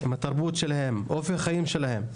עם התרבות שלהם, אופי החיים שלהם.